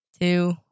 two